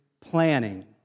planning